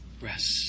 rest